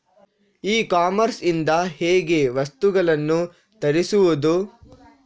E commerce ಇಂದ ಹೇಗೆ ವಸ್ತುಗಳನ್ನು ತರಿಸುವುದು?